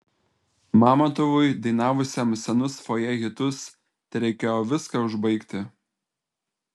mamontovui dainavusiam senus fojė hitus tereikėjo viską užbaigti